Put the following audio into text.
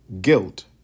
guilt